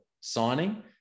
signing